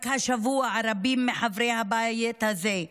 רק השבוע רבים מחברי הבית הזה,